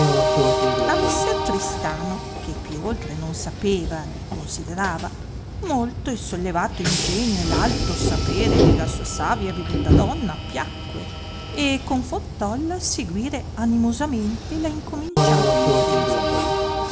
a messer tristano che più oltre non sapeva né considerava molto il sollevato ingegno e v alto sapere della sua savia e aveduta donna piacque e confortolla a seguire animosamente la incominciata impresa